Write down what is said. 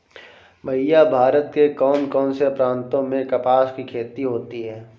भैया भारत के कौन से प्रांतों में कपास की खेती होती है?